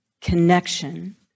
Connection